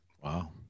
Wow